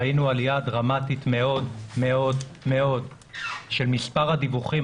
ראינו עלייה דרמטית מאוד מאוד של מספר הדיווחים.